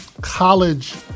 college